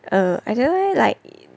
err I don't know leh like